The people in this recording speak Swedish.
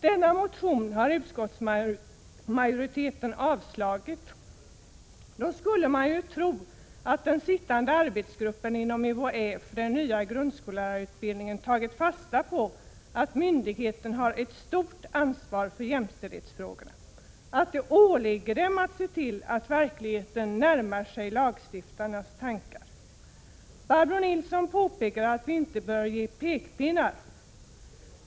Denna motion har utskottsmajoriteten avstyrkt. Då skulle man ju tro att den sittande arbetsgruppen inom UHÄ för den nya grundskollärarutbildningen tagit fasta på att myndigheten har ett stort ansvar för jämställdhetsfrågorna och att det åligger myndigheten att se till att verkligheten närmar sig lagstiftarnas tankar. Barbro Nilsson påpekade att vi inte bör komma med pekpinnar.